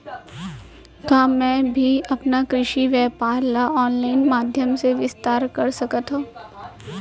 का मैं भी अपन कृषि व्यापार ल ऑनलाइन माधयम से विस्तार कर सकत हो?